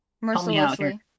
Mercilessly